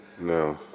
No